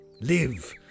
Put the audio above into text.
Live